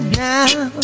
now